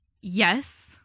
Yes